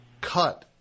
cut